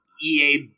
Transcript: EA